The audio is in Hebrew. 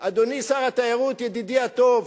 אדוני שר התיירות, ידידי הטוב: